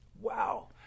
Wow